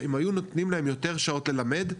אם היו נותנים להם יותר שעות ללמד,